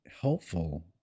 helpful